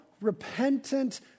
repentant